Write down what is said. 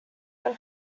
del